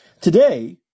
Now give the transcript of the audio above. Today